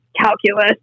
calculus